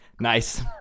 Nice